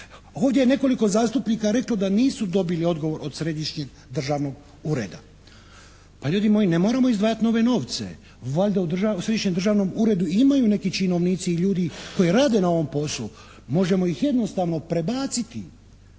Ovdje je nekoliko zastupnika reklo da nisu dobili odgovor od Središnjeg državnog ureda. Pa ljudi moji ne moramo izdvajati nove novce, valjda u Središnjem državnom uredu imaju neki činovnici i ljudi koji rade na ovom poslu, možemo ih jednostavno prebaciti